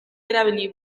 erabili